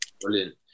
Brilliant